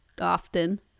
often